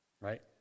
Right